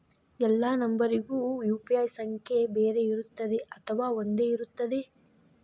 ಎಲ್ಲಾ ನಂಬರಿಗೂ ಯು.ಪಿ.ಐ ಸಂಖ್ಯೆ ಬೇರೆ ಇರುತ್ತದೆ ಅಥವಾ ಒಂದೇ ಇರುತ್ತದೆ?